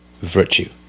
virtue